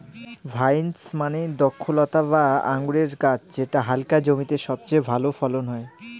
vines মানে দ্রক্ষলতা বা আঙুরের গাছ যেটা হালকা জমিতে সবচেয়ে ভালো ফলন হয়